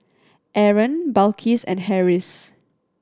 Aaron Balqis and Harris